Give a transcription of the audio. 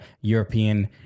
European